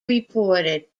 reported